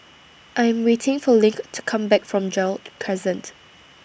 I Am waiting For LINK to Come Back from Gerald Crescent